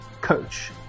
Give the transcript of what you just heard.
coach